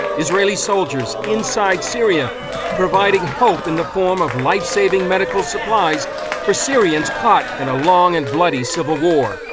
israeli soldiers inside syria providing hope in the form of life-saving medical supplies for syrians caught in a long and bloody civil war.